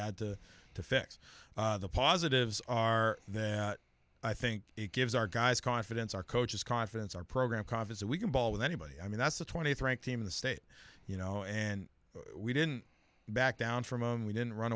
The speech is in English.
had to to fix the positives are then i think it gives our guys confidence our coaches confidence our program confident we can ball with anybody i mean that's the twentieth ranked team in the state you know and we didn't back down from him we didn't run